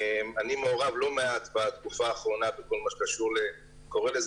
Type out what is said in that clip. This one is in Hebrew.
אני מעורב לא מעט בתקופה האחרונה בכל מה שקשור למאבקים